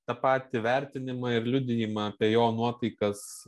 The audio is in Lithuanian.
tą patį vertinimą ir liudijimą apie jo nuotaikas